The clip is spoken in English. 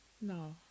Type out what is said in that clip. No